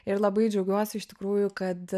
ir labai džiaugiuosi iš tikrųjų kad